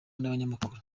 n’abanyamakuru